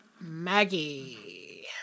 Maggie